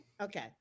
Okay